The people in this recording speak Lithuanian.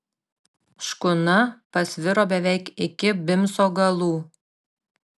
škuna pasviro beveik iki bimso galų